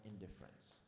indifference